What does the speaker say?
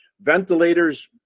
ventilators